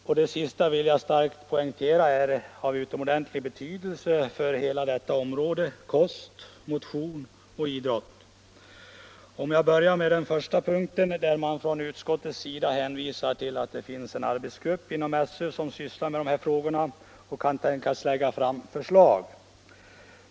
Det sistnämnda är — det vill jag starkt poängtera — av utomordentlig betydelse för hela detta område: kost, motion och idrott. Låt mig börja med den första punkten där man från utskottets sida hänvisar till en arbetsgrupp inom skolöverstyrelsen som sysslar med de här frågorna och kan tänkas lägga fram förslag.